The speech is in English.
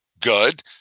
good